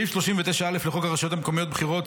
סעיף 39א לחוק הרשויות המקומיות (בחירות),